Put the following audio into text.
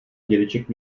dědeček